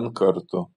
n kartų